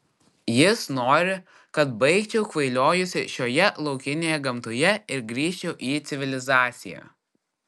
jis nori kad baigčiau kvailiojusi šioje laukinėje gamtoje ir grįžčiau į civilizaciją